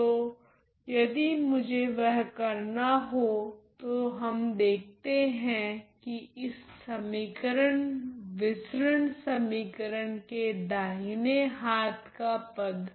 तो यदि मुझे वह करना हो तो हम देखते है की इस समीकरण विसरण समीकरण के दाहिने हाथ का पद